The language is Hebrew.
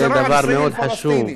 זה דבר מאוד חשוב.